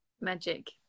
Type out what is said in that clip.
Magic